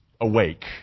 awake